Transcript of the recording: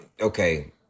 okay